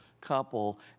couple